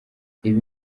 ibi